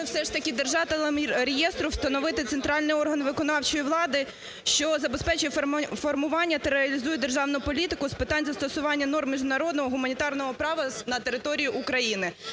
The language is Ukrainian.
ж таки держателем реєстру встановити центральний орган виконавчої влади, що забезпечує формування та реалізує державну політику з питань застосування норм міжнародного, гуманітарного права на території України.